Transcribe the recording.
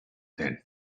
than